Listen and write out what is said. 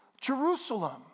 Jerusalem